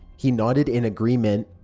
he nodded in agreement.